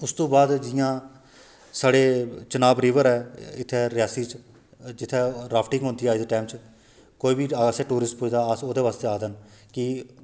उस तू बाद जियां साढ़े चिनाब रिवर ऐ इत्थै रियासी च जित्थै राफ़्टिग होंदी ऐ अज्ज दे टाइम च कोई बी असेंगी टूरिस्ट पुच्छदा अस ओह्दे आस्तै आखदे न कि